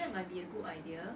that might be a good idea